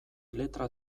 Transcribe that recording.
letra